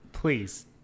Please